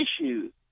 issues